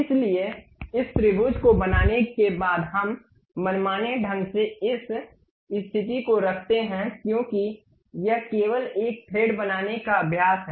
इसलिए इस त्रिभुज को बनाने के बाद हम मनमाने ढंग से इस स्थिति को रखते हैं क्योंकि यह केवल एक थ्रेड बनाने का अभ्यास है